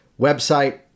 website